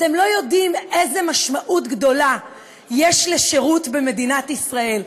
אתם לא יודעים איזו משמעות גדולה יש לשירות במדינת ישראל.